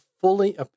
fully